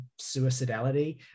suicidality